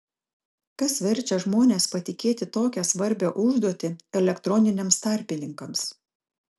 kas verčia žmones patikėti tokią svarbią užduotį elektroniniams tarpininkams